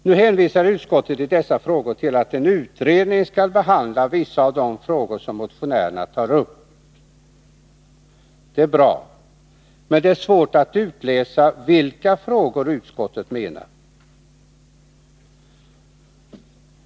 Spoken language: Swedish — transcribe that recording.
Nu hänvisar utskottet i dessa frågor till att en utredning skall behandla vissa av de frågor som motionärerna tar upp. Det är bra. Men det är svårt att utläsa vilka frågor utskottet menar.